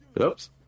Oops